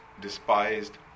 despised